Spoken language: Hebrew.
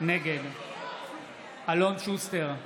נגד אלון שוסטר,